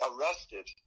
arrested